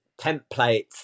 templates